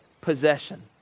possession